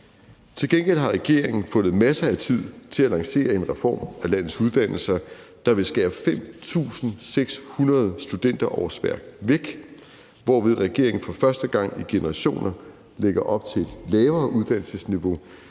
Til gengæld har regeringen fundet masser af tid til at lancere en reform af landets uddannelser, der vil skære 5.600 studenterårsværk væk, hvorved regeringen for første gang i generationer lægger op til et lavere uddannelsesniveau